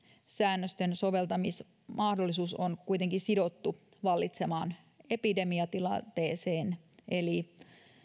säännösten soveltamismahdollisuus on kuitenkin sidottu vallitsevaan epidemiatilanteeseen eli